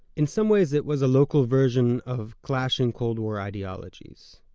in some ways, it was a local version of clashing cold war ideologies.